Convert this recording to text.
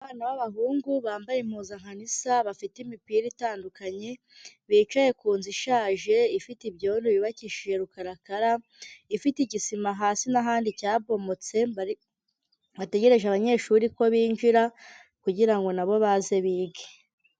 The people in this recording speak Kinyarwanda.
Abana b'abahungu bambaye impuzankano isa, bafite imipira itandukanye. Bicaye ku nzu ishaje ifite ibyondo yubakishije rukarakara, ifite igisima hasi n'ahandi cyabomotse, bategereje abanyeshuri ko binjira kugira ngo na bo baze bige.